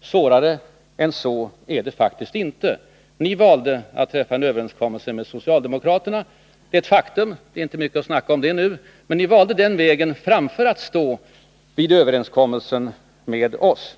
Svårare än så är det faktiskt inte. Ni valde att träffa en överenskommelse med socialdemokraterna. Det är ett faktum. Det är inte mycket att snacka om nu. Ni valde den vägen framför att stå fast vid överenskommelsen med oss.